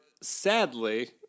sadly